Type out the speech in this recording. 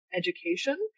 education